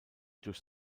durch